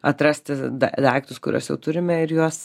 atrasti da daiktus kuriuos jau turime ir juos